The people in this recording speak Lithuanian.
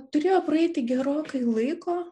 turėjo praeiti gerokai laiko